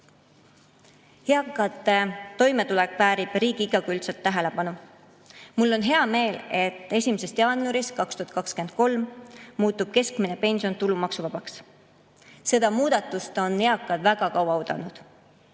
Eakate toimetulek väärib riigi igakülgset tähelepanu. Mul on hea meel, et 1. jaanuarist 2023 muutub keskmine pension tulumaksuvabaks. Seda muudatust on eakad väga kaua oodanud.